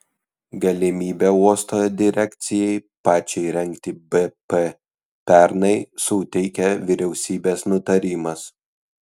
galimybę uosto direkcijai pačiai rengti bp pernai suteikė vyriausybės nutarimas